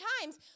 times